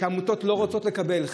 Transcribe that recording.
שעמותות לא רוצות לקבל?